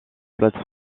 plates